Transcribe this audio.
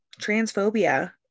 transphobia